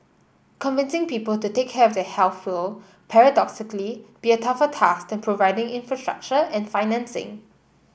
convincing people to take care of their health will paradoxically be a tougher task than providing infrastructure and financing